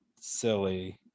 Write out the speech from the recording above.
silly